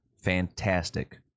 Fantastic